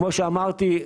כפי שאמרתי,